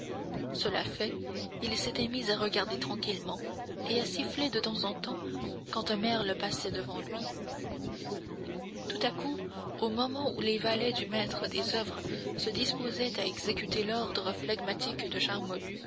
cela fait il s'était mis à regarder tranquillement et à siffler de temps en temps quand un merle passait devant lui tout à coup au moment où les valets du maître des oeuvres se disposaient à exécuter l'ordre flegmatique de charmolue